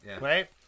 right